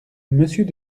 monsieur